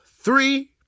three